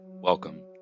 Welcome